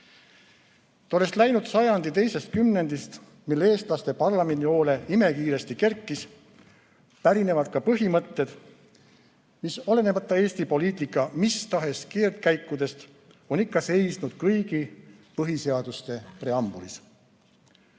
Tollest läinud sajandi teisest kümnendist, mil eestlaste parlamendihoone imekiiresti kerkis, pärinevad ka põhimõtted, mis hoolimata Eesti poliitika mistahes keerdkäikudest on ikka seisnud kõigi põhiseaduste preambulis.